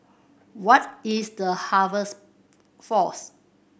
what is The Harvest Force